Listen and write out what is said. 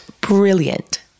brilliant